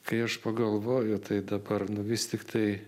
kai aš pagalvoju tai dabar nu vis tiktai